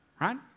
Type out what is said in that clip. right